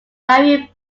varying